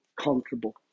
comfortable